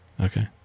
okay